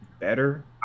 better